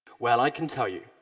well, i can tell you